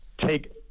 take